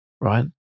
Right